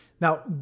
now